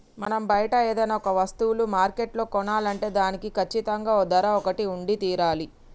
మనం బయట ఏదైనా ఒక వస్తువులు మార్కెట్లో కొనాలంటే దానికి కచ్చితంగా ఓ ధర ఒకటి ఉండి తీరాలి